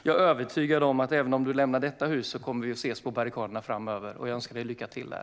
Jag är övertygad om att även om du lämnar detta hus kommer vi att ses på barrikaderna framöver. Jag önskar dig lycka till där!